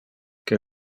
que